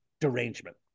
derangement